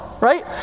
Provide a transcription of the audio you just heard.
Right